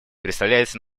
представляется